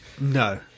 No